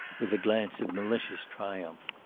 with a glance of malicious triumph.